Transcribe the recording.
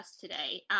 today